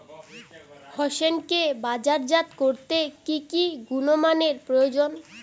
হোসেনকে বাজারজাত করতে কি কি গুণমানের প্রয়োজন?